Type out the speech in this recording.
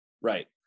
Right